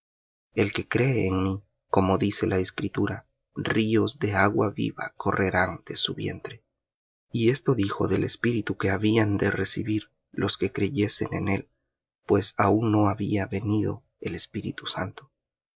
el que cree en mí como dice la escritura ríos de agua viva correrán de su vientre y esto dijo del espíritu que habían de recibir los que creyesen en él pues aun no había el espíritu santo